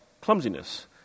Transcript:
clumsiness